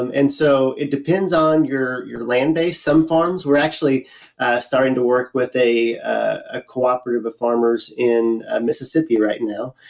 um and so it depends on your your land base. some farms we're actually starting to work with a ah cooperative of farmers in mississippi right now.